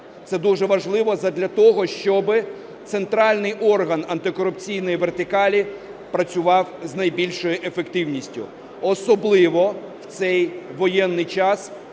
Це дуже важливо задля того, щоби центральний орган антикорупційної вертикалі працював з найбільшою ефективністю, особливо в цей воєнний час,